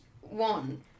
one